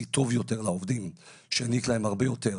טוב יותר לעובדים שהעניק להם הרבה יותר,